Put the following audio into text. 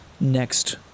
next